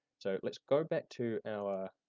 so, let's go back to our,